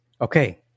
Okay